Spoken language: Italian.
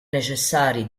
necessari